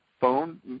phone